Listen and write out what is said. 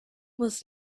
was